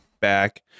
back